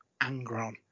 Angron